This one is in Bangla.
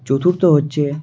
চতুর্থ হচ্ছে